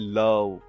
love